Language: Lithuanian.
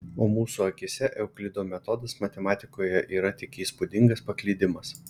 o mūsų akyse euklido metodas matematikoje yra tik įspūdingas paklydimas